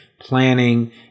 planning